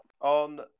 On